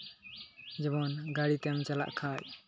ᱡᱮᱢᱚᱱ ᱜᱟᱹᱲᱤᱛᱮᱢ ᱪᱟᱞᱟᱜ ᱠᱷᱟᱱ